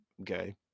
okay